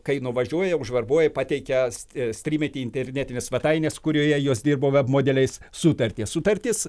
kai nuvažiuoja užverbuoja pateikia strimetį internetinės svetainės kurioje jos dirbome modeliais sutartį sutartis